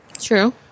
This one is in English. True